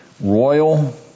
royal